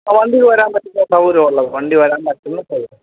ആ വണ്ടി പോരാൻ പറ്റുന്ന സൗകര്യം ഉള്ളത് വണ്ടി വരാൻ പറ്റുന്ന സൗകര്യം